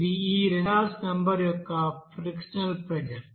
ఇది ఈ Reynolds number యొక్క ఫ్రిక్షనల్ ప్రెజర్